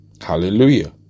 Hallelujah